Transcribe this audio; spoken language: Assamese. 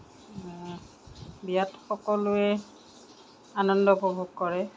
বিয়াত সকলোৱে আনন্দ উপভোগ কৰে